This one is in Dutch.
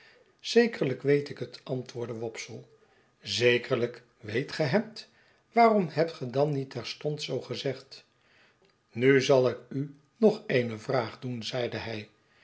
zekerlijk weet ik het antwoordde wopsle zekerlyk weet ge het waarom hebt ge dan niet terstond zoo gezegd nu zai ik u nog eene vraag doen zeide hij